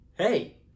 Hey